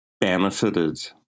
benefited